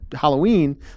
halloween